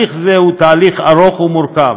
זהו תהליך ארוך ומורכב,